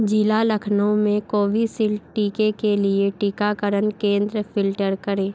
ज़िला लखनऊ में कोविशील्ड टीके के लिए टीकाकरण केंद्र फ़िल्टर करें